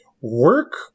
work